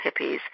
hippies